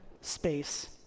space